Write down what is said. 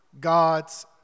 God's